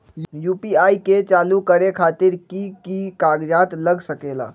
UPI के चालु करे खातीर कि की कागज़ात लग सकेला?